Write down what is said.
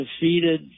defeated